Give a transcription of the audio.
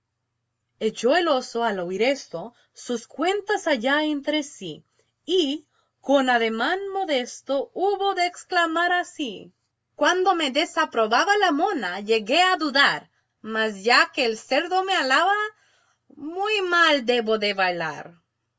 echó el oso al oír esto sus cuentas allá entre sí y con ademán modesto hubo de exclamar así cuando me desaprobaba la mona llegué a dudar mas ya que el cerdo me alaba muy mal debo de bailar